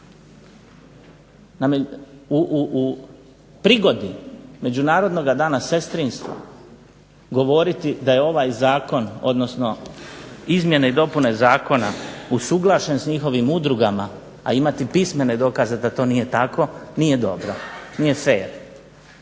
U prigodi Međunarodnoga dana sestrinstva govoriti da je ovaj zakon, odnosno izmjene i dopune zakona usuglašen sa njihovim udrugama, a imati pismene dokaze da to nije tako nije dobro, nije fer